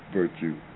virtue